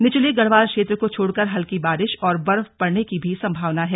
निचले गढ़वाल क्षेत्र को छोड़कर हल्की बारिश और बर्फ पड़ने की भी संभावना है